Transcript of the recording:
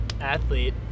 athlete